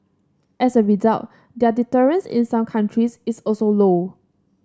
as a result their deterrence in some countries is also low